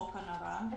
חוק נרדפי הנאצים,